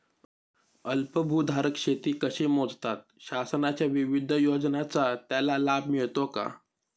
अल्पभूधारक शेती कशी मोजतात? शासनाच्या विविध योजनांचा त्याला लाभ मिळतो का?